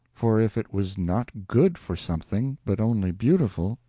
for if it was not good for something, but only beautiful,